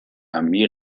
armee